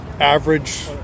average